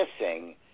missing